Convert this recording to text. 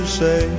say